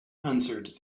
answered